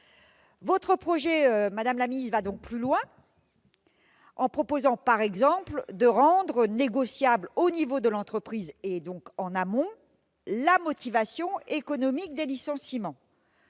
ministre, va donc plus loin. Vous proposez, par exemple, de rendre négociable, au niveau de l'entreprise, et donc en amont, la motivation économique des licenciements.